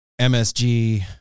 MSG